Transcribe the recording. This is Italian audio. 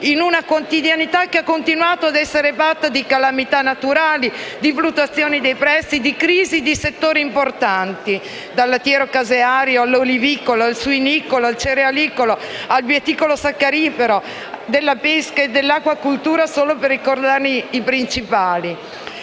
in una quotidianità che ha continuato a essere fatta di calamità naturali, di fluttuazioni dei prezzi, di crisi di settori importanti: dal lattiero-caseario all'olivicolo, dal suinicolo al cerealicolo, al bieticolo-saccarifero, dalla pesca all'acquacoltura, solo per ricordare i principali.